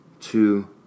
two